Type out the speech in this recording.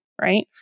right